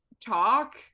talk